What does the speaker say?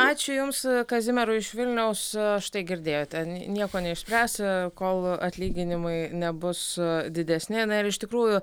ačiū jums kazimierui iš vilniaus štai girdėjote nieko neišspręs kol atlyginimai nebus didesni na ir iš tikrųjų